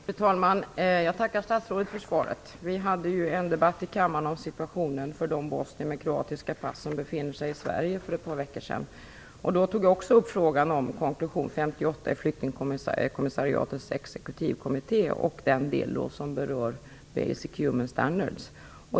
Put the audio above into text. Fru talman! Jag tackar statsrådet för svaret. För några veckor sedan hade vi ju en debatt i kammaren om situationen för de bosnier med kroatiska pass som befinner sig i Sverige. Då tog jag också upp frågan om konklusion 58 i flyktingkommissariatets exekutivkommitté och den del som berör "basic human standards".